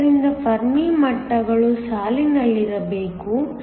ಆದ್ದರಿಂದ ಫೆರ್ಮಿ ಮಟ್ಟಗಳು ಸಾಲಿನಲ್ಲಿರಬೇಕು